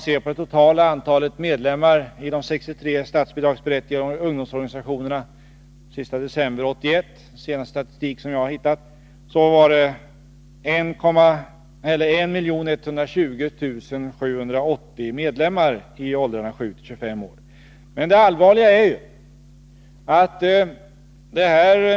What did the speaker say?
Det totala antalet medlemmar i de 63 statsbidragsberättigade ungdomsorganisationerna var den sista december 1981 — den senaste statistik jag har hittat — 1120 780 personer i åldrarna 7-25 år. Medlemstalet var då sjunkande, och det är allvarligt.